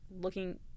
looking